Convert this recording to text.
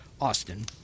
Austin